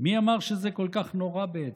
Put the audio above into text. מי אמר שזה כל כך נורא בעצם?